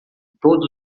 todos